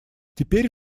теперь